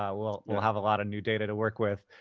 um we'll we'll have a lot of new data to work with.